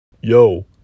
Yo